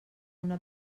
una